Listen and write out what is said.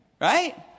Right